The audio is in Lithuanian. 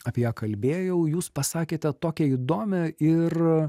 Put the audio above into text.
apie ją kalbėjau jūs pasakėte tokią įdomią ir